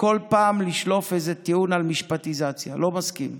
בכל פעם לשלוף איזה טיעון על משפטיזציה, לא מסכים.